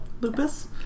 Lupus